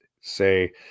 say